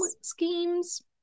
schemes